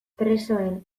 presoen